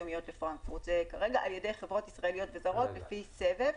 יומיות לפרנקפורט על-ידי חברות ישראליות וזרות לפי סבב.